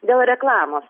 dėl reklamos